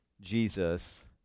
Jesus